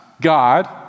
God